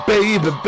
Baby